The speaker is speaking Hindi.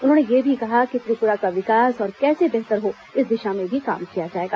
उन्होंने यह भी कहा कि त्रिपुरा का विकास और कैसे बेहतर हो इस दिशा में भी काम किया जाएगा